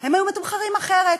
הם היו מתומחרים אחרת,